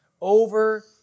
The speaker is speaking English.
over